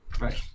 right